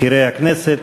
בכירי הכנסת,